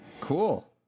Cool